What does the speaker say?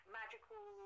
magical